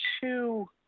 two